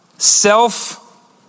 Self